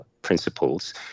principles